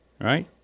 Right